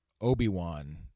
Obi-Wan